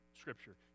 Scripture